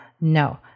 no